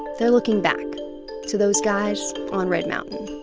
they're looking back to those guys on red mountain